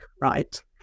right